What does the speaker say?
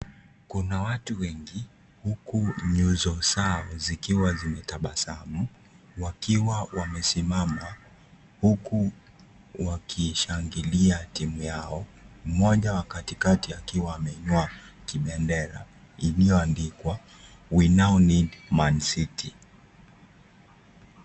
Kuna watu wengi huku nyuso zao zikiwa zimetabasamu wakiwa wamesimama huku wakishangilia timu yao. Mmoja wa katikati akiwa ameinua kibendera iliyoandikwa (cs)we now need mancity(cs).